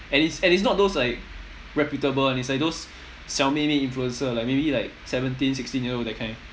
and it's and it's not those like reputable one is like those xiao mei mei influencer like maybe like seventeen sixteen year old that kind